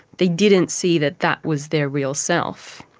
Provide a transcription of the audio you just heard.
they didn't see that that was their real self.